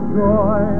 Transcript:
joy